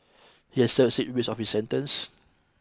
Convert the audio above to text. he has served six weeks of sentence